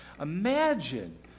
Imagine